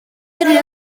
yrru